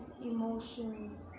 emotions